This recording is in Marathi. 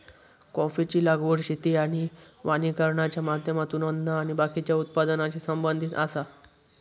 कॉफीची लागवड शेती आणि वानिकरणाच्या माध्यमातून अन्न आणि बाकीच्या उत्पादनाशी संबंधित आसा